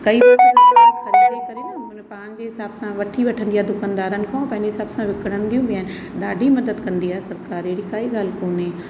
कई माण्हू त ख़रीदारी करे न हुनमें पंहिंजे हिसाब सां वठी वठंदी आहे दुकानदारनि खां पंहिंजे हिसाब सां विकणंदियूं बि आहिनि ॾाढी मदद कंदी आहे सरकार अहिड़ी काई ॻाल्हि कोन्हे